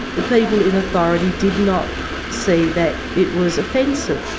the people in authority did not see that it was offensive.